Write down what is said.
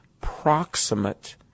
proximate